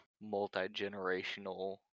multi-generational